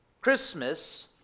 Christmas